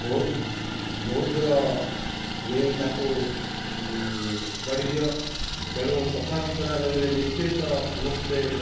ବହୁତ ବହୁ ଦୂର ନେଇ ତାକୁ ଫୋପାଡିଦିଅ ତେଣୁ ସଫାସୁତରା ରହିଲେ ନିଶ୍ଚିତ ସମସ୍ତେ